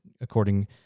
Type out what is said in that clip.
according